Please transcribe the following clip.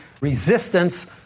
resistance